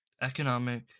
economic